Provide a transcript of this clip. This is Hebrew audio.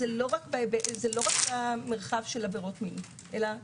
זה לא רק במרחב של עבירות מין אלא בכלל,